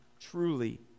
truly